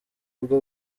bwo